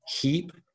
heap